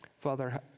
Father